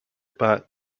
back